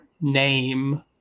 name